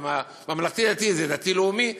ובממלכתי-דתי זה דתי-לאומי.